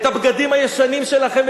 את הבגדים הישנים שלכם,